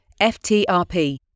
FTRP